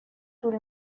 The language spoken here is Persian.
طول